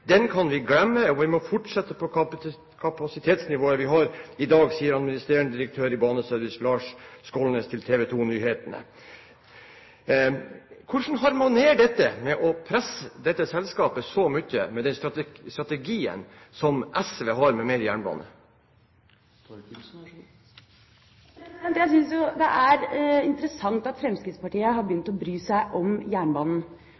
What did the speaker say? den økningen i kapasitet som vi hadde planlagt i strategien den kan vi glemme og vi må fortsette på det kapasitetsnivået vi har i dag.» Hvordan harmonerer dette med å presse dette selskapet så mye med den strategien som SV har om mer jernbane? Jeg synes jo det er interessant at Fremskrittspartiet har begynt å bry seg om jernbanen.